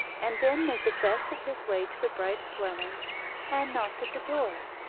and then made the best of his way to the bride's dwelling and knocked at the door.